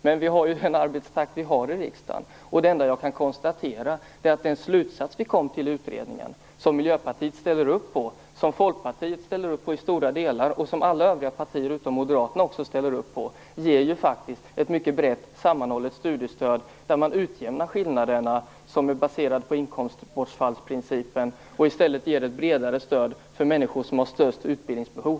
Men vi har ju den arbetstakt vi har i riksdagen. Det enda jag kan konstatera är att den slutsats vi kom till i utredningen - som Miljöpartiet ställer upp på, som Folkpartiet ställer upp på i stora delar och som alla övriga partier utom Moderaterna också ställer upp på - faktiskt ger ett mycket brett sammanhållet studiestöd där man utjämnar skillnaderna som är baserade på inkomstbortfallsprincipen och i stället ger ett bredare stöd till de människor som har störst utbildningsbehov.